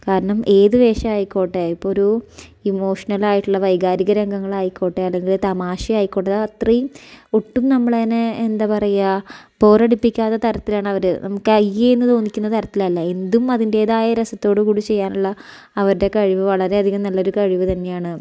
കാരണം ഏത് വേഷായിക്കോട്ടെ ഇപ്പം ഒരു ഇമോഷണലായിട്ട് ഉള്ള വൈകാരിക രംഗങ്ങളായിക്കോട്ടെ അല്ലങ്കില് തമാശയായിക്കോട്ടെ അത് അത്രയും ഒട്ടും നമ്മളതിനെ എന്താ പറയുക ബോറടിപ്പിക്കാത്ത താരത്തിലാണവര് നമുക്ക് അയ്യേന്ന് തോന്നിക്കുന്ന തരത്തിലല്ല എന്തും അതിൻറ്റേതായ രസത്തോടു കൂടി ചെയ്യാനുള്ള അവരുടെ കഴിവ് വളരെ അധികം നല്ലൊരു കഴിവ് തന്നെയാണ്